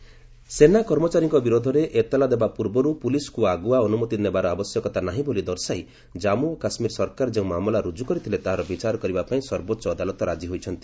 SC JK ସେନା କର୍ମଚାରୀଙ୍କ ବିରୁଦ୍ଧରେ ଏତଲା ଦେବା ପୂର୍ବରୁ ପୁଲିସ୍କୁ ଆଗୁଆ ଅନୁମତି ନେବାର ଆବଶ୍ୟକତା ନାହିଁ ବୋଲି ଦର୍ଶାଇ ଜାମ୍ମୁ ଓ କାଶ୍ମୀର ସରକାର ଯେଉଁ ମାମଲା ରୁଜୁ କରିଥିଲେ ତାହାର ବିଚାର କରିବା ପାଇଁ ସର୍ବୋଚ୍ଚ ଅଦାଲତ ରାଜି ହୋଇଛନ୍ତି